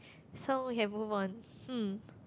so you have moved on hmm